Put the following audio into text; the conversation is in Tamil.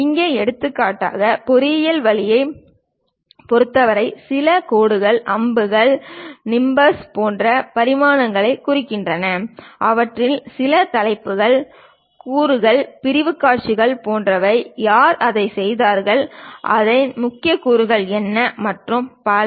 இங்கே எடுத்துக்காட்டாக பொறியியல் வழியைப் பொறுத்தவரை சில கோடுகள் அம்புகள் நிம்பஸ் போன்ற பரிமாணங்களைக் குறிக்கின்றன அவற்றில் சில தலைப்புகள் கூறுகள் பிரிவுக் காட்சிகள் போன்றவை யார் அதைச் செய்தார்கள் அதன் முக்கிய கூறுகள் என்ன மற்றும் பல